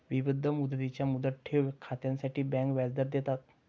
विविध मुदतींच्या मुदत ठेव खात्यांसाठी बँका व्याजदर देतात